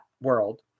world